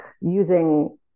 using